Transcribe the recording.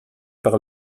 par